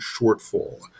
shortfall